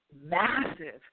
massive